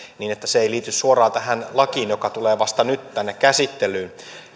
ei liity suoraan tähän lakiin joka tulee vasta nyt tänne käsittelyyn